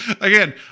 again